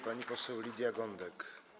Pani poseł Lidia Gądek.